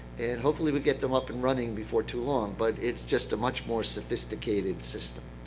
and hopefully we'll get them up and running before too long. but it's just a much more sophisticated system.